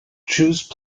choose